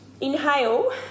inhale